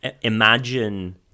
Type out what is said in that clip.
imagine